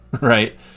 right